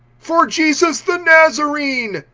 for jesus the nazarene,